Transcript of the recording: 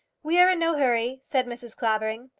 we are in no hurry, said mrs. clavering.